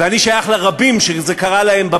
ואני שייך לרבים בבית הזה שזה קרה להם,